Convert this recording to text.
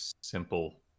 simple